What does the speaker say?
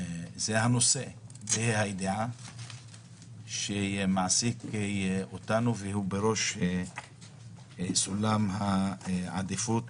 הנושא בה"א הידיעה שמעסיק אותנו והוא בראש סולם העדיפות